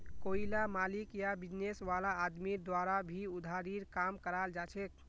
कोईला मालिक या बिजनेस वाला आदमीर द्वारा भी उधारीर काम कराल जाछेक